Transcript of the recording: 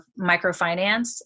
microfinance